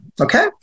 okay